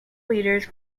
leaders